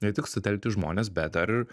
ne tik sutelkti žmones bet dar ir